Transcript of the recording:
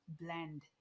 blend